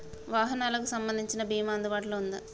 వాహనాలకు సంబంధించిన బీమా అందుబాటులో ఉందా?